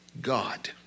God